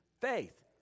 faith